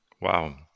wow